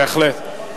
בבקשה.